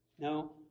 No